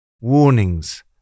Warnings